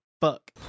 fuck